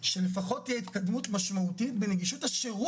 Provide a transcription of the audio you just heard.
אז שוב